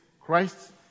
Christ